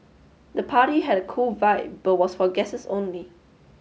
the party had a cool vibe but was for guests only